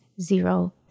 zero